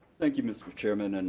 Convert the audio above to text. thank you, mr. chairman, and